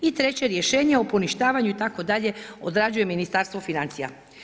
I treće rješenje o poništavanju itd., odrađuje Ministarstvo financija.